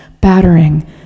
battering